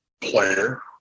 player